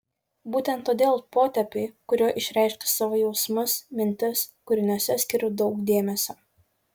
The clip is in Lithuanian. būtent todėl potėpiui kuriuo išreiškiu savo jausmus mintis kūriniuose skiriu daug dėmesio